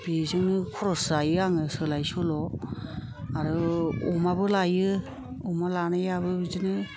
बेजोंनो खरस जायो आङो सोलाय सल' आरो अमाबो लायो अमा लानायाबो बिदिनो